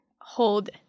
hold